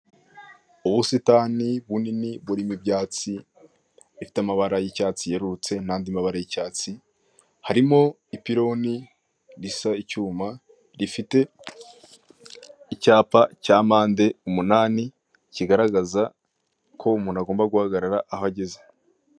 Kuri iyi shusho ya gatatu ndabona ibinyabiziga by'abashinzwe umutekano wo mu Rwanda, ikinyabiziga kimwe gifite ikarita y'ikirango k'ibinyabiziga, gifite inyuguti ra na pa nomero magana abiri na makumyabiri na kane na.